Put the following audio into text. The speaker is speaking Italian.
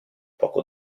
poco